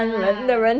mm